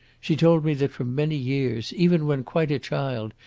she told me that for many years, even when quite a child,